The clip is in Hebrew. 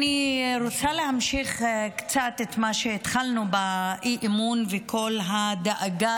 אני רוצה להמשיך קצת את מה שהתחלנו באי-אמון בכל הדאגה